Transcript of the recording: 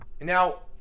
now